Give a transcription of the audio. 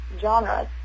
genres